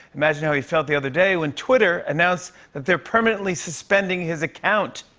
imagine how he felt the other day when twitter announced that they're permanently suspending his account.